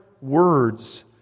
words